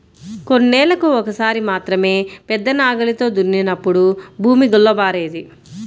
కొన్నేళ్ళకు ఒక్కసారి మాత్రమే పెద్ద నాగలితో దున్నినప్పుడు భూమి గుల్లబారేది